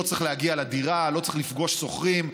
לא צריך להגיע לדירה, לא צריך לפגוש שוכרים.